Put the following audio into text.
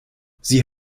sie